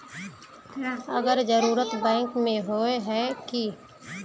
अगर जरूरत बैंक में होय है की?